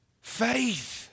Faith